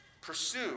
Pursue